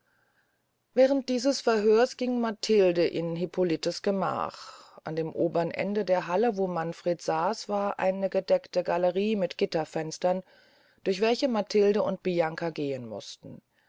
während dieses verhörs ging matilde in hippolitens gemach an dem obern ende der halle wo manfred saß war eine bedeckte gallerie mit gitterfenstern durch welche matilde und bianca gehen musten